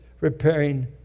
repairing